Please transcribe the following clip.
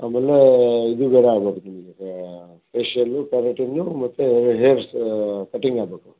ಆಮೇಲೆ ಇದು ಬೇರೆ ಆಗ್ಬೇಕು ನಿಮಗೆ ಫೇಶಿಯಲು ಕೆರಾಟಿನ್ನು ಮತ್ತು ಹೇರ್ ಕಟಿಂಗ್ ಆಗಬೇಕು